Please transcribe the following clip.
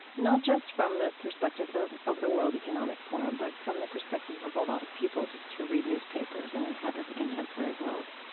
not just from the perspective of of the world economic forum, but from the perspective of a lot of people just who read newspapers and inhabit the contemporary world.